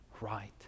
right